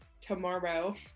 tomorrow